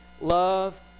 love